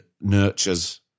nurtures